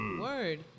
word